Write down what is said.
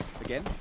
Again